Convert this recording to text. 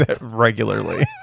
regularly